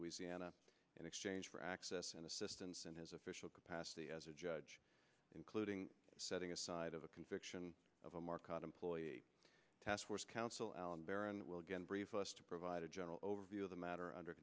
louisiana in exchange for access and assistance in his official capacity as a judge including setting aside of a conviction of a market employee task force counsel allan barron will again brief us to provide a general overview of the matter under